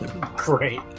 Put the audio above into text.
great